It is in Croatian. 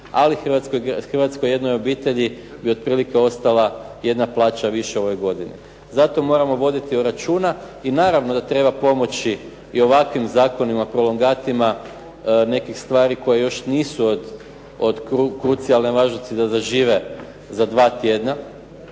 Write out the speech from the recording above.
Ali hrvatskoj jednoj obitelji bi otprilike ostala jedna plaća više u ovoj godini. Zato moramo voditi računa i naravno da treba pomoći i ovakvim zakonima, prolongatima nekih stvari koje još nisu od krucijalne važnosti da zažive za 2 tjedna,